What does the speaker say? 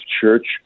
Church